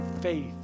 faith